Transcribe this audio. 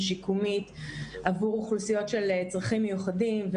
שיקומית עבור אוכלוסיות של צרכים מיוחדים,